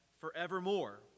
forevermore